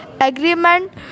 agreement